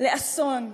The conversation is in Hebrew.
לאסון,